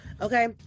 Okay